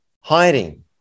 hiding